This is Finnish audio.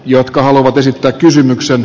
jotka haluavat esittää kysymyksen